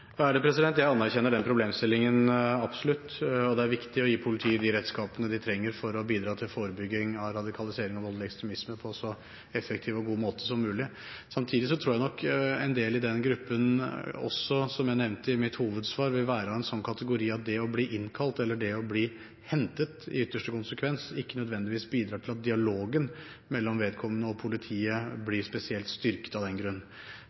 Jeg anerkjenner absolutt den problemstillingen. Det er viktig å gi politiet de redskapene de trenger for å bidra til forebygging av radikalisering og voldelig ekstremisme på en så effektiv og god måte som mulig. Samtidig tror jeg nok at en del i den gruppen, som jeg nevnte i mitt hovedsvar, vil være av en sånn kategori at det å bli innkalt, eller hentet i ytterste konsekvens, ikke nødvendigvis bidrar til at dialogen mellom vedkommende og politiet blir spesielt styrket.